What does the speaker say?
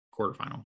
quarterfinal